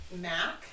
Mac